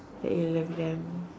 that you love them